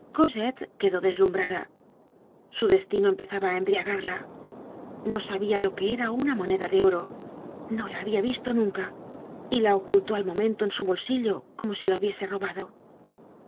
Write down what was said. quedó deslumbrada su destino empezaba á embriagarla no sabia lo que era una moneda de oro no la habia visto nunca y la ocultó al momento en su bolsillo como si la hubiese robado sin